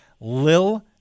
Lil